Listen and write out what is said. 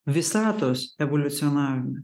visatos evoliucionavime